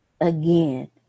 again